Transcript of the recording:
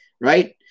right